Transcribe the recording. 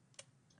את לא יכולה לשתף,